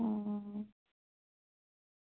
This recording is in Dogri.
हां